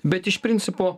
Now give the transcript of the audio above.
bet iš principo